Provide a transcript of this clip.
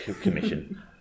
commission